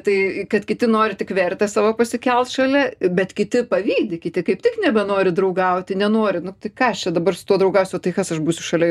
tai kad kiti nori tik vertę savo pasikelt šalia bet kiti pavydi kiti kaip tik nebenori draugauti nenori nu tai ką aš čia dabar su tuo draugausiu tai kas aš būsiu šalia